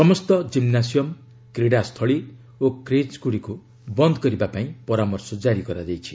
ସମସ୍ତ ଜିମ୍ନାସିୟମ୍ କ୍ରୀଡ଼ା ସ୍ଥଳୀ ଓ କ୍ରେକ୍ଗୁଡ଼ିକୁ ବନ୍ଦ କରିବା ପାଇଁ ପରାମର୍ଶ ଜାରି କରାଯାଇଛି